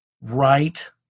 right